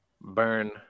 Burn